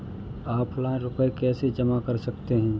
Offline रुपये कैसे जमा कर सकते हैं?